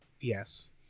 Yes